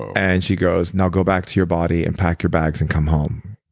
and she goes, now go back to your body and pack your bags, and come home.